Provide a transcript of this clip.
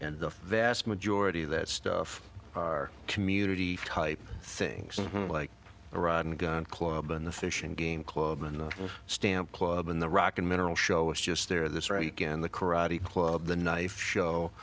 and the vast majority of that stuff are community type things like the rod and gun club and the fish and game club and the stamp club and the rock and mineral show was just there this right again the karate club the knife show